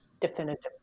definitive